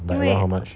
like how much